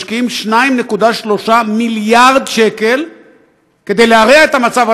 משקיעים 2.3 מיליארד שקל כדי להרע את המצב.